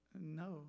No